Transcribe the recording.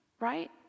right